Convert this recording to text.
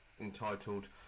entitled